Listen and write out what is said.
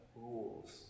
rules